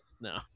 No